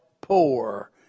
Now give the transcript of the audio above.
poor